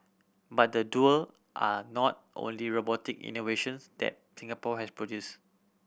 but the duo are not only robotic innovations that Singapore has produced